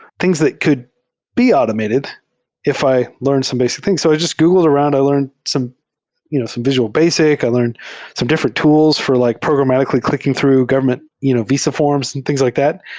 things that could be automated if i learned some basic things. so i jus t googled around. i learned some you know some visual basic. i learned some different tools for like programmatically clicking through government you know visa forms and things like that,